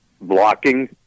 blocking